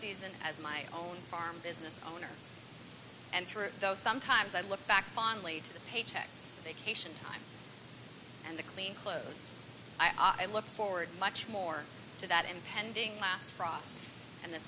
season as my own farm business owner and through those sometimes i look back fondly to the paychecks vacation time and the clean clothes i look forward much more to that impending last frost and the